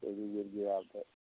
ओहि दिन गिड़गिड़ा कऽ